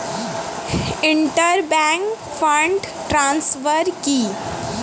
Inter bank fund transfer কি?